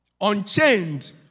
unchained